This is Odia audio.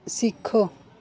ଶିଖ